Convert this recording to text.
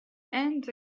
and